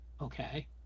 okay